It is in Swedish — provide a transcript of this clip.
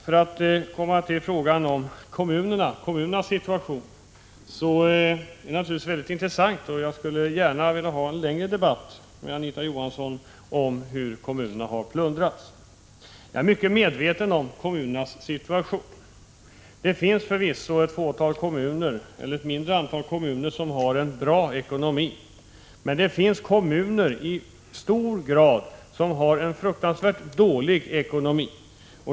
Frågan om kommunernas situation är mycket intressant, och jag skulle gärna vilja ha en längre debatt med Anita Johansson om hur kommunerna har plundrats. Jag är mycket medveten om kommunernas situation. Det finns förvisso ett mindre antal som har en bra ekonomi, men det finns många kommuner som har en fruktansvärt dålig ekonomi.